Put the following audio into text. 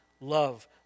love